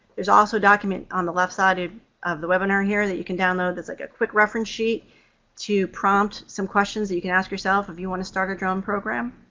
there's also a document on the left side of the webinar here that you can download that's like a quick reference sheet to prompt some questions that you can ask yourself if you want to start a drone program.